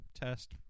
test